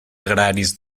agraris